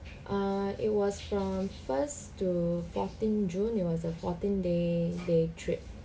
err it was from first to fourteen june it was a fourteen day day trip